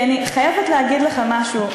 כי אני חייבת להגיד לך משהו,